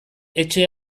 etxe